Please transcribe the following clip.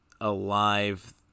alive